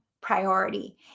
priority